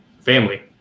family